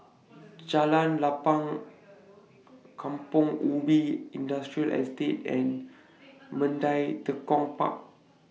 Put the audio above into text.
Jalan Lapang Kampong Ubi Industrial Estate and Mandai Tekong Park